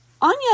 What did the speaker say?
Anya